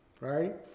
right